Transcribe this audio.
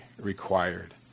required